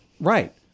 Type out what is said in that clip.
Right